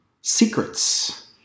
secrets